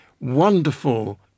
wonderful